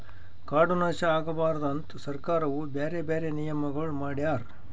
ಕಾಡು ನಾಶ ಆಗಬಾರದು ಅಂತ್ ಸರ್ಕಾರವು ಬ್ಯಾರೆ ಬ್ಯಾರೆ ನಿಯಮಗೊಳ್ ಮಾಡ್ಯಾರ್